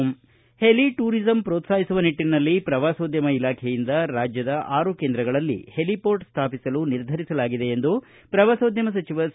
heli tourism ಪೋತ್ಸಾಹಿಸುವ ನಿಟ್ನಿನಲ್ಲಿ ಪ್ರವಾಸೋದ್ಯಮ ಇಲಾಖೆಯಿಂದ ರಾಜ್ಯದ ಆರು ಕೇಂದ್ರಗಳಲ್ಲಿ ಹೆಲಿಪೋರ್ಟ್ ಸ್ವಾಪಿಸಲು ನಿರ್ಧರಿಸಲಾಗಿದೆ ಎಂದು ಪ್ರವಾಸೋದ್ಯಮ ಸಚಿವ ಸಿ